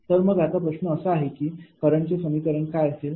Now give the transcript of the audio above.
तर मग आता प्रश्न असा आहे की करंट चे समीकरण काय असेल